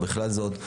ובכלל זאת,